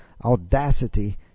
audacity